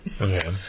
Okay